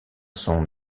son